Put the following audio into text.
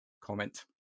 comment